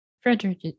Frederick